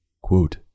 quote